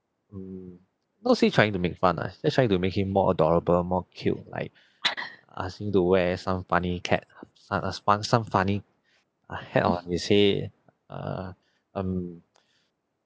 mm not say trying to make fun lah just trying to make him more adorable more cute like ask him to wear some funny cat uh uh wear some funny uh hat on his head err um